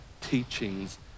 teachings